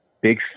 big